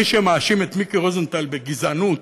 מי שמאשים את מיקי רוזנטל בגזענות